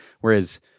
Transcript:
Whereas –